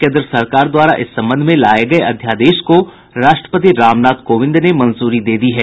केन्द्र सरकार द्वारा इस संबंध में लाये गये अध्यादेश को राष्ट्रपति रामनाथ कोविन्द ने मंजूरी दे दी है